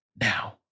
now